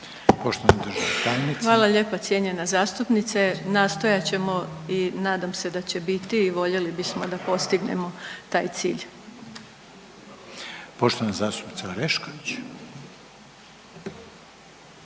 Irena (HDZ)** Hvala lijepo cijenjena zastupnice. Nastojat ćemo i nadam se da će biti i voljeli bismo da postignemo taj cilj. **Reiner, Željko